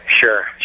Sure